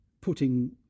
putting